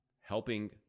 helping